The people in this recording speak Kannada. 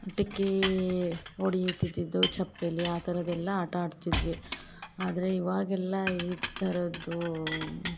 ಡಿಕ್ಕೀ ಹೊಡಿಯುತಿದ್ದಿದ್ದು ಚಪ್ಪೆಲಿ ಆ ಥರದ್ ಎಲ್ಲಾ ಆಟ ಆಡ್ತಿದ್ವಿ ಆದರೆ ಇವಾಗೆಲ್ಲ ಈ ಥರದ್ದು